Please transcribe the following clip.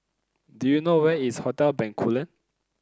do you know where is Hotel Bencoolen